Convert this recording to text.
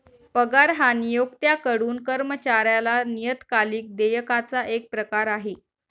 पगार हा नियोक्त्याकडून कर्मचाऱ्याला नियतकालिक देयकाचा एक प्रकार आहे